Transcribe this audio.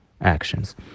actions